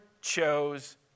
chose